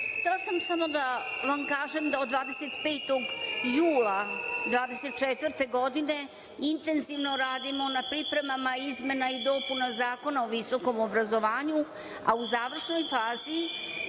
Htela sam samo da vam kažem da od 25. jula 2024. godine, intenzivno radimo na pripremama izmena i dopuna zakona o visokom obrazovanju, a u završnoj fazi,